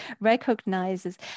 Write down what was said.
recognizes